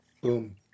Boom